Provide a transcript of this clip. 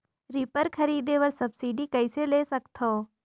Reaper खरीदे बर subsidy कइसे ले सकथव?